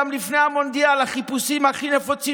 גם לפני המונדיאל החיפושים הכי נפוצים